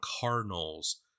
Cardinals